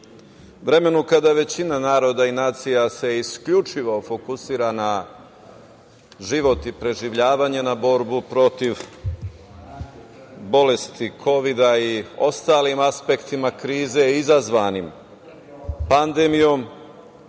vremenu kada većina naroda i nacija se isključivo fokusira na život i preživljavanje, na borbu protiv bolesti kovida i ostalim aspektima krize izazvanim pandemijom,